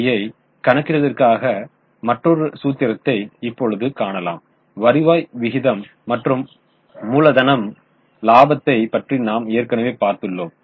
ROI ஐ கணக்கிடுவதற்கான மற்றொரு சூத்திரத்தை இப்பொழுது காணலாம் வருவாய் விகிதம் மற்றும் மூலதன இலாபத்தை பற்றி நாம் ஏற்கனவே பார்த்துள்ளோம்